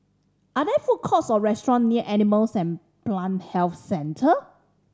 are there food courts or restaurants near Animal and Plant Health Centre